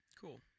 Cool